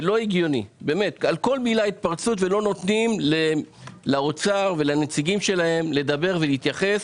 ולא נותנים לאוצר ולנציגיהם להתייחס,